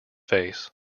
face